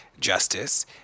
justice